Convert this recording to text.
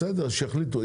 בסדר, שיחליטו.